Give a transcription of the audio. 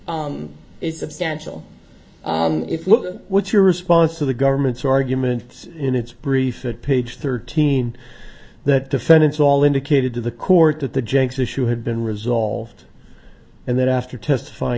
substantial if what's your response to the government's arguments in its brief page thirteen that defendants all indicated to the court that the janks issue had been resolved and that after testify